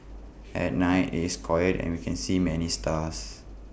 at night IT is quiet and we can see many stars